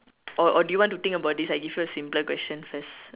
or or do you want to think about this I give you a simpler question first